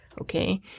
Okay